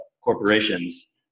corporations